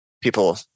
people